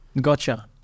Gotcha